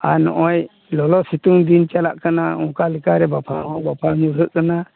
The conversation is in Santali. ᱟᱨ ᱱᱚᱜᱼᱚᱭ ᱞᱚᱞᱚ ᱥᱤᱛᱩᱝ ᱫᱤᱱ ᱪᱟᱞᱟᱜ ᱠᱟᱱᱟ ᱚᱱᱠᱟ ᱞᱮᱠᱟ ᱨᱮ ᱵᱟᱯᱷᱟᱣ ᱦᱚᱸ ᱵᱟᱯᱷᱟᱣ ᱧᱩᱨᱦᱟᱹᱜ ᱠᱟᱱᱟ